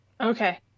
Okay